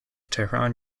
tehran